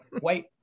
white